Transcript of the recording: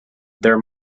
their